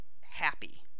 happy